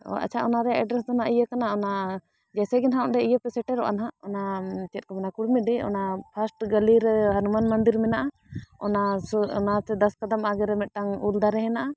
ᱚ ᱟᱪᱷᱟ ᱚᱱᱟᱨᱮᱭᱟᱜ ᱮᱰᱨᱮᱥ ᱫᱚ ᱱᱟᱦᱟᱸᱜ ᱤᱭᱟᱹ ᱠᱟᱱᱟ ᱚᱱᱟ ᱡᱮᱥᱮ ᱜᱮ ᱦᱟᱸᱜ ᱚᱸᱰᱮ ᱤᱭᱟᱹ ᱯᱮ ᱥᱮᱴᱮᱨᱚᱜᱼᱟ ᱦᱟᱸᱜ ᱚᱱᱟ ᱪᱮᱫ ᱠᱚ ᱢᱮᱱᱟ ᱠᱩᱲᱢᱤᱰᱤ ᱚᱱᱟ ᱯᱷᱟᱥᱴ ᱜᱚᱞᱤ ᱨᱮ ᱦᱚᱱᱩᱢᱟᱱ ᱢᱚᱱᱫᱤᱨ ᱢᱮᱱᱟᱜᱼᱟ ᱚᱱᱟ ᱥᱩᱨ ᱚᱱᱟᱛᱮ ᱫᱚᱥ ᱠᱚᱫᱚᱢ ᱟᱜᱮ ᱨᱮ ᱢᱤᱫᱴᱟᱝ ᱩᱞ ᱫᱟᱨᱮ ᱦᱮᱱᱟᱜᱼᱟ